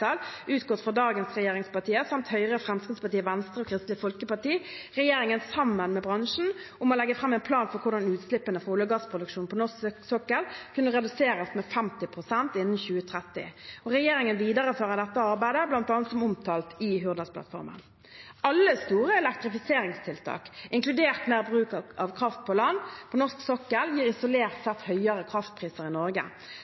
– utgått fra dagens regjeringspartier samt Høyre, Fremskrittspartiet, Venstre og Kristelig Folkeparti – regjeringen om sammen med bransjen å legge fram en plan for hvordan utslippene fra olje- og gassproduksjonen på norsk sokkel kunne reduseres med 50 pst. innen 2030. Regjeringen viderefører dette arbeidet, bl.a. som omtalt i Hurdalsplattformen. Alle store elektrifiseringstiltak, inkludert mer bruk av kraft fra land på norsk sokkel, gir isolert